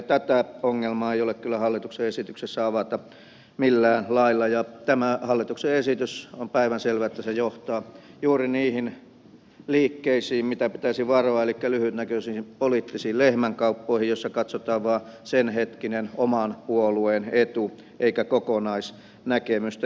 tätä ongelmaa ei ole kyllä hallituksen esityksessä avattu millään lailla ja on päivänselvää että tämä hallituksen esitys johtaa juuri niihin liikkeisiin mitä pitäisi varoa elikkä lyhytnäköisiin poliittisiin lehmänkauppoihin joissa katsotaan vain senhetkinen oman puolueen etu eikä kokonaisnäkemystä